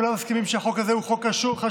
כולם מסכימים שהחוק הזה הוא חוק חשוב.